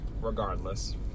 regardless